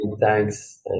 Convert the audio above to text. thanks